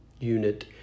unit